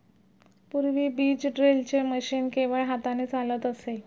पूर्वी बीज ड्रिलचे मशीन केवळ हाताने चालत असे